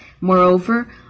Moreover